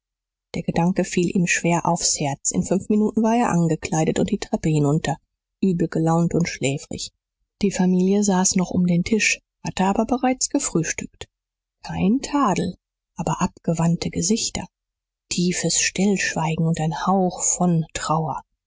der gedanke fiel ihm schwer aufs herz in fünf minuten war er angekleidet und die treppe hinunter übel gelaunt und schläfrig die familie saß noch um den tisch hatte aber bereits gefrühstückt kein tadel aber abgewandte gesichter tiefes stillschweigen und ein hauch von trauer